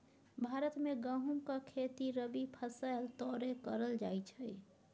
भारत मे गहुमक खेती रबी फसैल तौरे करल जाइ छइ